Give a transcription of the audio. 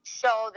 show